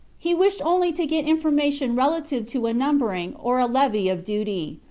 he wished only to get information relative to a numbering or a levy of duty,